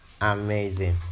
amazing